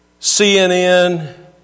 CNN